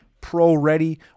pro-ready